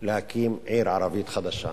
להקים עיר ערבית חדשה,